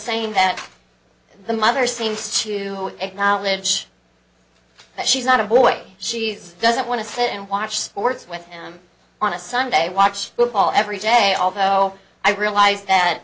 saying that the mother seems to acknowledge that she's not a boy she doesn't want to sit and watch sports with him on a sunday watch football every day although i realize that